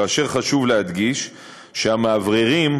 חשוב להדגיש שהמאווררים,